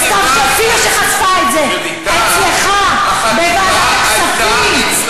וסתיו שפיר שחשפה את זה אצלך בוועדת הכספים.